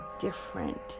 different